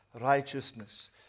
righteousness